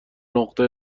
نقطه